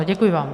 Děkuji vám.